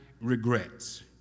regrets